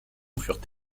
furent